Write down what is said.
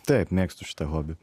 taip mėgstu šitą hobį